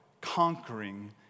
conquering